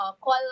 call